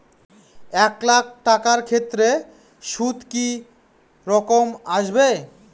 এক লাখ টাকার ক্ষেত্রে সুদ কি রকম আসবে?